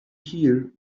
hear